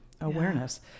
awareness